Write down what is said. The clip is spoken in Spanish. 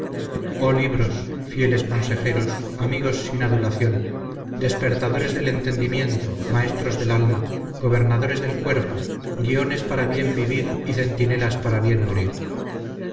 oh libros fieles consejeros amigos sin adulación despertadores del entendimiento maestros del alma gobernadores del cuerpo guiones para bien vivir y centinelas para bien morir